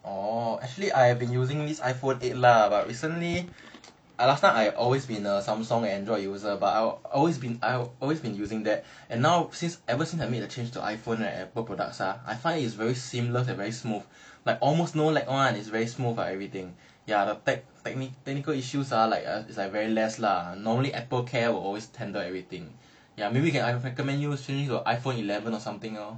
orh actually I have been using this iphone eight lah but recently I last time I always been a samsung android user but I'll always been I've always been using that and now since ever since I made a change to iphone and apple products ah I find it's very seamless and very smooth like almost no lag [one] it's very smooth and everything ya the tech technic technical issues are like ah it's like very less lah normally apple care will always handle everything ya maybe you can I would recommend you the iphone eleven or something lor